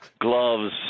gloves